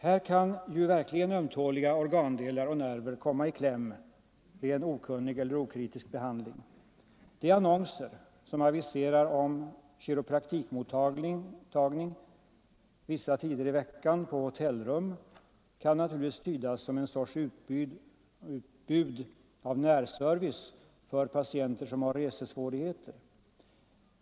Här kan ju verkligen ömtåliga organdelar och nerver komma i kläm vid en okunnig eller okritisk behandling. De annonser som aviserar ”kiropraktikmottagning” vissa tider i veckan på hotellrum kan naturligtvis tydas som ett slags utbud av närservice för patienter som har resesvårigheter.